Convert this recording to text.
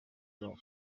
kubo